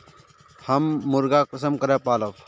हम मुर्गा कुंसम करे पालव?